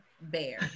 bear